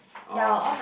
all ah